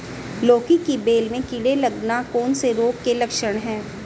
लौकी की बेल में कीड़े लगना कौन से रोग के लक्षण हैं?